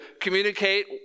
communicate